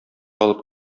алып